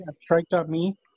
strike.me